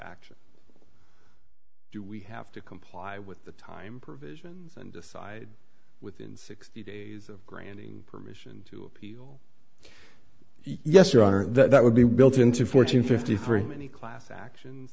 action do we have to comply with the time provision and decide within sixty days of granting permission to appeal yes your honor that would be built into four to fifty three any class action